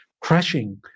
crashing